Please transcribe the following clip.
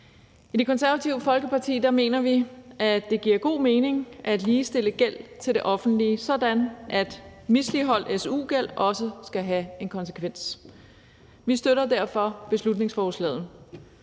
I Det Konservative Folkeparti mener vi, at det giver god mening at ligestille gæld til det offentlige, sådan at misligholdt su-gæld også skal have en konsekvens. Vi støtter derfor beslutningsforslaget.